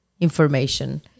information